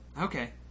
Okay